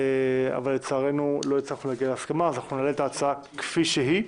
אבל לצערנו לא הצלחנו להגיע להסכמה כך שנעלה את ההצעה כפי שהיא.